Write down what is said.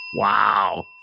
Wow